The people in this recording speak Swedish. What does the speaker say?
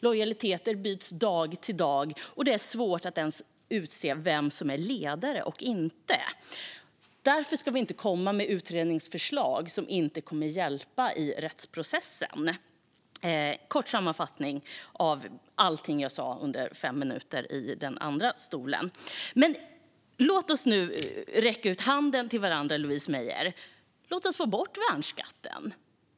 Lojaliteter byts från dag till dag, och det är svårt att ens se vem som är ledare och inte. Därför ska vi inte komma med utredningsförslag som inte kommer att hjälpa i rättsprocessen. Det var en kort sammanfattning av allt jag sa under fem minuter i talarstolen. Låt oss nu räcka ut handen till varandra, Louise Meijer! Låt oss få bort värnskatten!